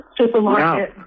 supermarket